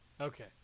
Okay